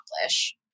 accomplish